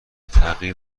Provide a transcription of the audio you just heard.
تغییر